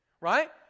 right